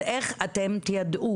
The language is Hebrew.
אז איך אתם תיידעו?